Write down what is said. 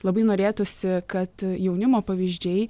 labai norėtųsi kad jaunimo pavyzdžiai